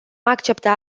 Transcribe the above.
accepta